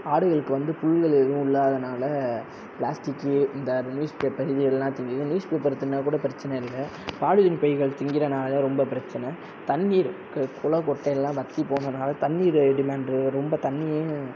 ஆடுகளுக்கு வந்து புற்கள் எதுவும் இல்லாததினால பிளாஸ்டிக்கி இந்த நியூஸ் பேப்பர் இது எல்லாத்தியும் நியூஸ் பேப்பரை தின்னால் கூட பிரச்சன இல்லை பாலீத்தின் பைகள் திங்கிறதினால ரொம்ப பிரச்சன தண்ணீர் குளம் குட்டைலாம் வற்றி போனதினால தண்ணிர் டிமாண்டு ரொம்ப தண்ணிர்